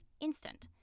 instant